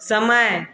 समय